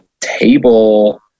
table